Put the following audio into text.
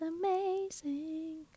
amazing